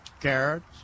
carrots